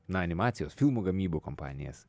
na animacijos filmų gamybų kompanijas